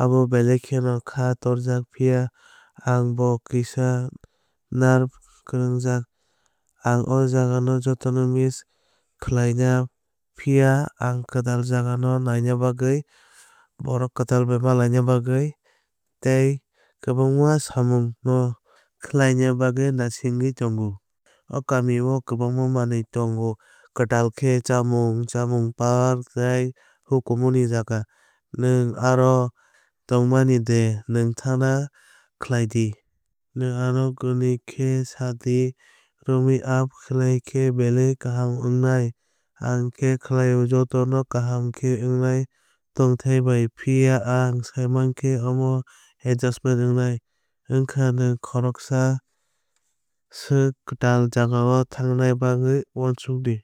Abo belai kheno khá torjak phiya ang bo kisa nerve kwrwngjak. Ang o jagano jotono miss khwlaina phiya ang kwtal jaga no naina bagwi borok kwtal bai malaina bagwi tei kwbangma samung no khwlaina bagwi naisingwi tongo. O kamio kwbángma manwi tongo kwtal khe chámung chámung park tei hukumu ni jaga. Nwng aro tongmani de nwng thanhna khlai di. Nwng ano kunui khe sa di romui up khai khe belai kaham wngnai. Ang kha khlaio jotono kaham khe wngnai tongthai bai phiya ang saimankhe omo adjustment wngnai. Wngkhe nwng khoroksa swk kwtal jagao thangna bagwi uansukmani di.